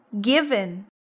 given